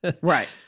Right